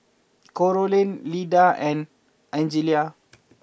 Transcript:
Carolann Lida and Angelia